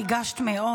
ריגשת מאוד.